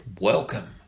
Welcome